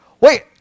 Wait